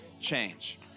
change